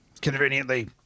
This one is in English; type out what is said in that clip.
conveniently